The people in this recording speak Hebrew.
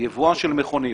יבואן של מכוניות,